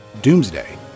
Doomsday